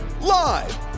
Live